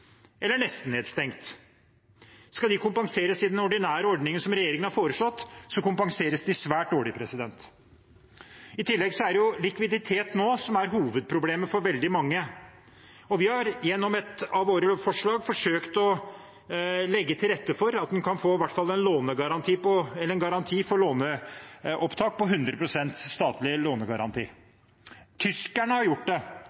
eller nesten nedstengt. Skal de kompenseres i den ordinære ordningen som regjeringen har foreslått, kompenseres de svært dårlig. I tillegg er det likviditet nå som er hovedproblemet for veldig mange. Vi har gjennom et av våre forslag forsøkt å legge til rette for at en i hvert fall kan få en garanti for låneopptak på 100 pst., en statlig lånegaranti. Tyskerne har gjort det,